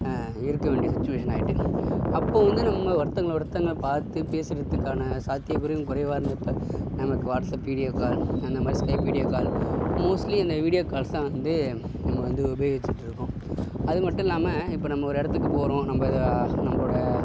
இருக்க வேண்டிய சுச்சிவேஷன் ஆகிட்டு அப்போது வந்து நம்ம ஒருத்தவங்களை ஒருத்தவங்க பார்த்து பேசுகிறதுக்கான சாத்தியக்கூறும் குறைவா இருந்தப்போ நமக்கு வாட்ஸ்ஆப் வீடியோ கால் அந்தமாதிரி ஸ்கைய்ப் வீடியோ கால் மோட்ஸ்லி அந்த வீடியோ கால்ஸ் தான் வந்து நம்ம வந்து உபயோகிச்சிகிட்டு இருக்கோம் அதுமட்டும் இல்லாமல் இப்போ நம்ம ஒரு இடத்துக்கு போறோம் நம்ம இதை நம்மளோட